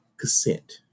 consent